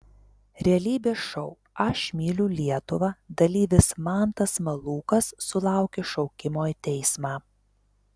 realybės šou aš myliu lietuvą dalyvis mantas malūkas sulaukė šaukimo į teismą